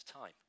time